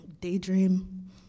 Daydream